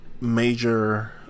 major